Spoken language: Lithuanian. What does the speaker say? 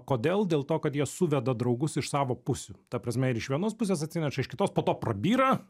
kodėl dėl to kad jie suveda draugus iš savo pusių ta prasme ir iš vienos pusės atsineša iš kitos po to prabyra